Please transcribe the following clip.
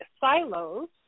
silos